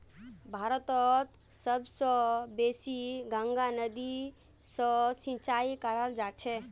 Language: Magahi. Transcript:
भारतत सब स बेसी गंगा नदी स सिंचाई कराल जाछेक